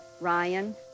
Ryan